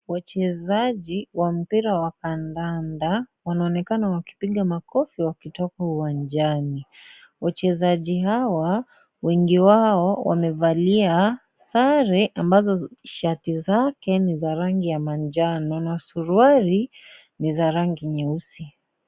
Wachezaji wa mpira wa kandanda wanaonekana wakipiga makofi wakitoka uwanjani. Wachezaji hawa , wengi wao wamevalia sare ambazo shati zake ni za rangi ya manjano na suruali ni za rangi nyeusi.